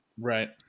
Right